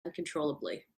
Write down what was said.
uncontrollably